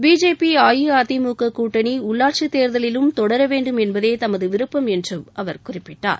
BJP AIADMK கூட்டணி உள்ளாட்சி தேர்தலிலும் தொடர வேண்டும் என்பதே தமது விருப்பம் என்றும் அவர் குறிப்பிட்டார்